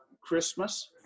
Christmas